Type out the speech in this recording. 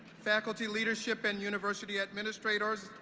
faculty leadership and university administrators,